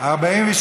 נתקבלו.